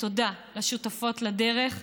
ותודה לשותפות לדרך.